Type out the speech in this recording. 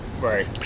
Right